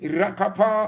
rakapa